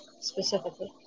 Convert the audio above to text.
specifically